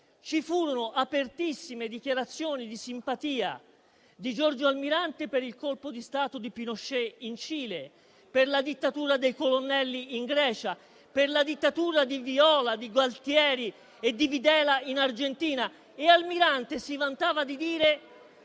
ci furono apertissime dichiarazioni di simpatia di Giorgio Almirante per il colpo di Stato di Pinochet in Cile, per la dittatura dei colonnelli in Grecia e per la dittatura di Viola, di Galtieri e di Videla in Argentina. Almirante si vantava di dire